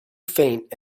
faint